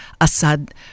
Assad